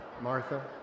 Martha